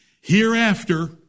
Hereafter